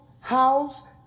House